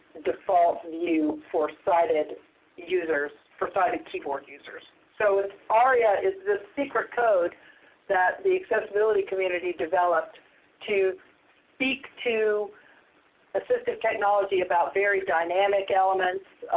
default view for sighted users, for sighted keyboard users. so aria is the secret code that the accessibility community developed to speak to assistive technology about very dynamic elements,